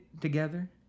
together